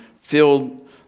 filled